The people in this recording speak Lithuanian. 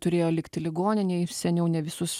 turėjo likti ligoninėj seniau ne visus